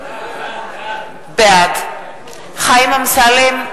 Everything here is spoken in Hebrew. בעד חיים אמסלם,